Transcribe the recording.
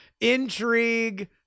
intrigue